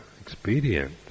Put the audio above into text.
expedient